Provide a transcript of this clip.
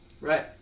right